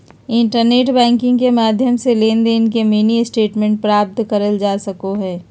internet banking के माध्यम से लेनदेन के मिनी स्टेटमेंट प्राप्त करल जा सको हय